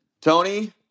Tony